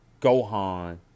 Gohan